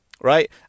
right